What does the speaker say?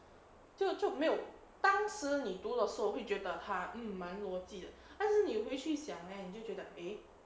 就就没有当时你读的时候会觉得他 mm 满逻辑的但是你回去想 leh 你就觉得 eh